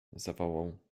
zawołał